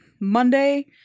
Monday